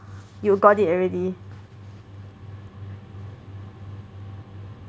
you got it already